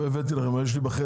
לא הבאתי לכם, אבל יש לי בחדר.